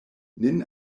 nin